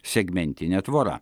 segmentinė tvora